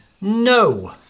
No